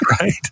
Right